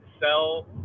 sell